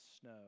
snow